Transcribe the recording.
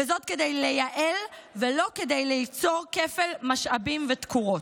וזאת כדי לייעל ולא כדי ליצור כפל משאבים ותקורות.